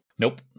Nope